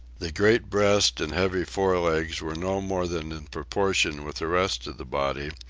the great breast and heavy fore legs were no more than in proportion with the rest of the body,